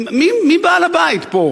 מי בעל הבית פה,